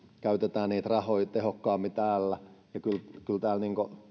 käytetään niitä rahoja tehokkaammin täällä kyllä täällä